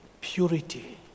purity